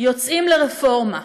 יוצאים לרפורמה.